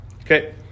Okay